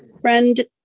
friend